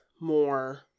more